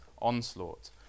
onslaught